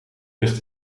ligt